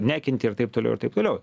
nekentė ir taip toliau ir taip toliau